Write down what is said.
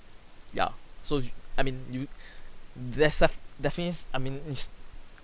yeah so you I mean you there's a definitely is I mean it's